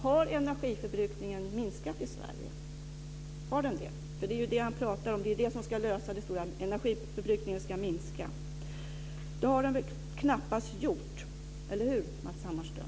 Har energiförbrukningen minskat i Sverige? Det är ju det som han talar om. Energiförbrukningen ska minska. Det har den väl knappast gjort, eller hur Matz Hammarström?